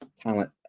talent